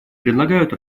предлагают